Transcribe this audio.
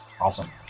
Awesome